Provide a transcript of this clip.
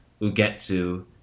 ugetsu